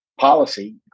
policy